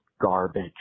garbage